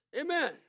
Amen